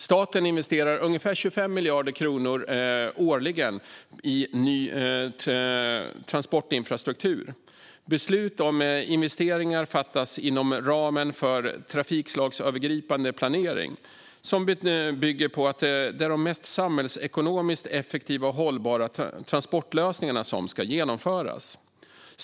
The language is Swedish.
Staten investerar ungefär 25 miljarder kronor årligen i ny transportinfrastruktur. Beslut om investeringar fattas inom ramen för trafikslagsövergripande planering, som bygger på att det är de samhällsekonomiskt mest effektiva och hållbara transportlösningarna som ska genomföras.